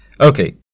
Okay